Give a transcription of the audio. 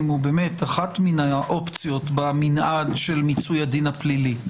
הוא באמת אחת מן האופציות במנעד של מיצוי הדין הפלילי.